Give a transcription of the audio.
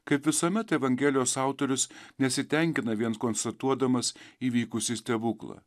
kaip visuomet evangelijos autorius nesitenkina vien konstatuodamas įvykusį stebuklą